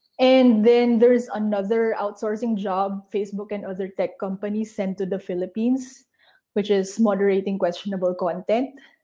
and then there's another outsourcing job facebook and other tech companies sent to the philippines which is moderating questionable content.